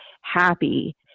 happy